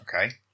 Okay